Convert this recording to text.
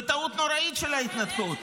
בטעות הנוראית של ההתנתקות.